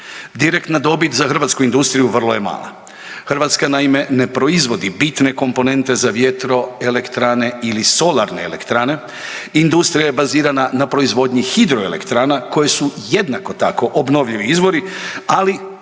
Direktna dobit za hrvatsku industriju vrlo je mala, Hrvatska naime ne proizvodi bitne komponente za vjetroelektrane ili solarne elektrane, industrija je bazirana na proizvodnji hidroelektrana koje su jednako tako obnovljivi izvori, ali stavljeni